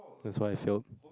that's why I fail